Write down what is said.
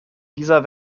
dieser